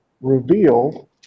revealed